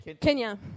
Kenya